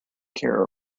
care